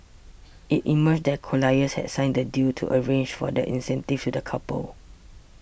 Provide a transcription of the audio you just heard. it emerged that Colliers had signed the deal to arrange for the incentive to the couple